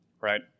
Right